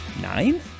nine